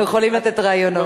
הם יכולים לתת רעיונות.